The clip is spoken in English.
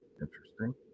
Interesting